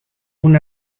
una